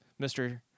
Mr